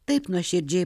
taip nuoširdžiai